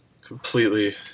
completely